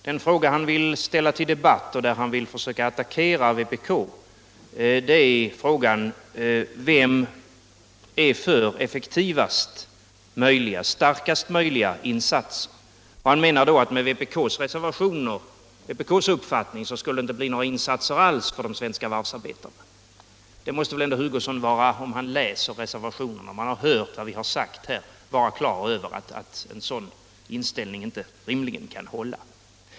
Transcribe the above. Den fråga han vill ställa under debatt och där han försöker attackera vpk är: Vem är för effektivaste möjliga och starkaste möjliga insatser? Herr Hugosson menar att med vpk:s uppfattning skulle det inte bli några insatser alls för de svenska varvsarbetarna. Om herr Hugosson läst reservationerna och om han hört vad vi har sagt måste väl herr Hugosson ändå vara klar över att en sådan inställning inte rimligen kan hålla.